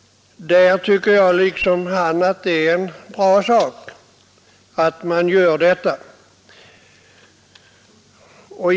Jag tycker liksom herr Werner att det är bra att man gör detta.